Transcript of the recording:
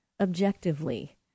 objectively